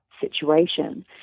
situation